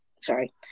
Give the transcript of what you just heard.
sorry